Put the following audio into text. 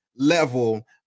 Level